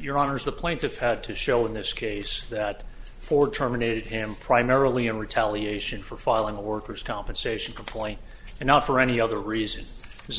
your honour's the plaintiff had to show in this case that for terminated him primarily in retaliation for filing a workers compensation complaint and not for any other reason is a